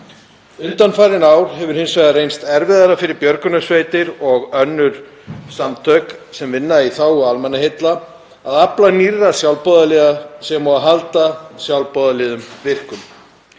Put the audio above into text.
Undanfarin ár hefur hins vegar reynst erfiðara fyrir björgunarsveitir og önnur samtök sem vinna í þágu almannaheilla að afla nýrra sjálfboðaliða sem og að halda sjálfboðaliðum virkum.